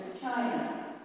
china